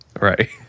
Right